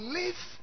live